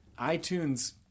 iTunes